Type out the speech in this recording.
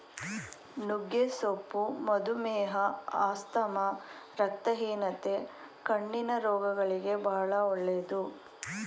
ನುಗ್ಗೆ ಸೊಪ್ಪು ಮಧುಮೇಹ, ಆಸ್ತಮಾ, ರಕ್ತಹೀನತೆ, ಕಣ್ಣಿನ ರೋಗಗಳಿಗೆ ಬಾಳ ಒಳ್ಳೆದು